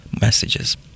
messages